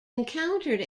encountered